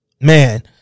man